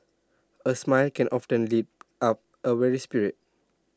A smile can often lift up A weary spirit